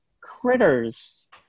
critters